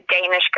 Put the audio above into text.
Danish